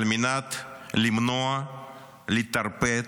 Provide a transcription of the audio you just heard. על מנת למנוע ולטרפד